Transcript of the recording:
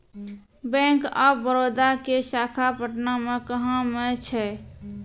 Bank of Baroda के शाखा पटना मे कहां मे छै?